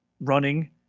running